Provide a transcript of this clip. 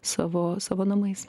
savo savo namais